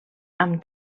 amb